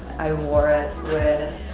i wore it with